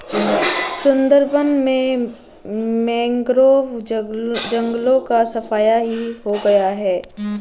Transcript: सुंदरबन में मैंग्रोव जंगलों का सफाया ही हो गया है